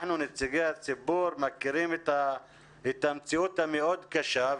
אנחנו נציגי הציבור מכירים את המציאות הקשה מאוד.